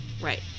Right